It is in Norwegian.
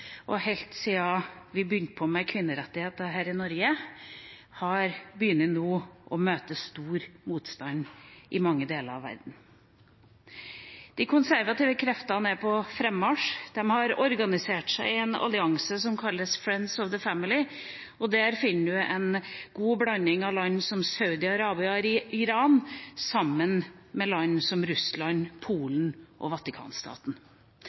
og helt siden vi begynte med kvinnerettigheter her i Norge, nå begynner å møte stor motstand i mange deler av verden. De konservative kreftene er på frammarsj. De har organisert seg i en allianse som kalles Friends of the Family. Der finner man en god blanding av land som Saudi-Arabia og Iran, sammen med land som Russland, Polen og Vatikanstaten.